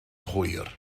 hwyr